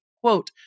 Quote